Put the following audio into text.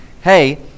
hey